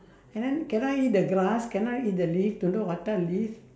and then can I eat the grass can I eat the leaves don't know what type leaf